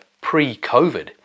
pre-COVID